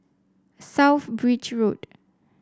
South Bridge Road